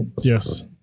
Yes